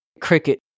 Cricket